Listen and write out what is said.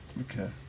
Okay